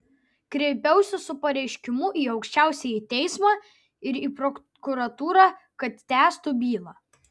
kreipiausi su pareiškimu į aukščiausiąjį teismą ir į prokuratūrą kad tęstų bylą